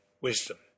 wisdom